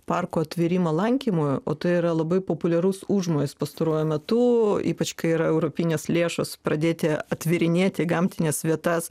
parko tvėrimą lankymui o tai yra labai populiarus užmojis pastaruoju metu ypač kai yra europinės lėšos pradėti atvirinėti gamtines vietas